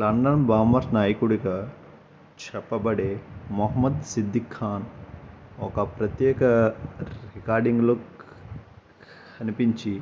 London bombers నాయకుడిగా చెప్పబడే మొహమ్మద్ సిద్ధిక్ ఖాన్ ఒక ప్రత్యేక రికార్డింగ్లో కనిపించి